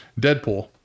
Deadpool